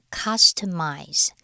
customize